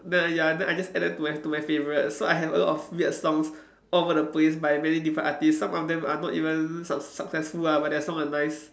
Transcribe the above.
then ya then I just add them to my to my favourites so I have a lot of weird songs all over the place by many different artistes some of them are not even suc~ successful lah but their songs are nice